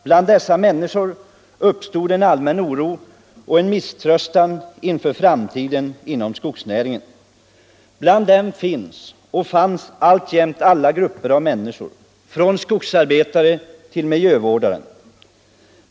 Hos dessa människor uppstod oro och misströstan inför framtiden inom skogsnäringen. Bland dem fanns och finns alltjämt alla grupper av människor, från skogsarbetaren till miljövårdaren.